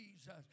Jesus